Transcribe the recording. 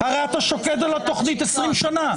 הרי אתה שוקד על התכנית 20 שנה,